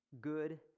good